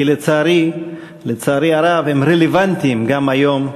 כי לצערי הרב הם רלוונטיים גם היום,